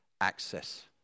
access